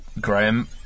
Graham